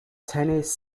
tennis